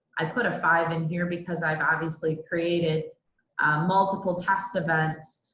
i put a five in here because i've obviously created multiple test events